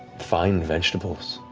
fine vegetables.